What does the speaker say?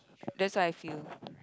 that's what I feel